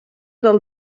del